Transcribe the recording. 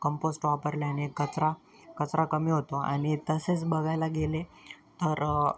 compost वापरल्याने कचरा कचरा कमी होतो आणि तसेच बघायला गेले तर